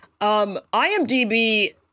IMDB